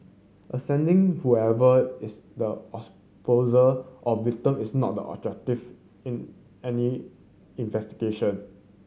ascertaining whoever is the poser or victim is not the objective in any investigation